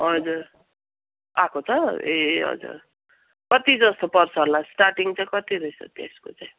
हजुर आएको छ ए हजुर कति जस्तो पर्छ होला स्टारटिङ चाहिँ कति रहेछ त्यसको चाहिँ